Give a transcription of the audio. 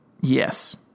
Yes